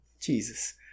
Jesus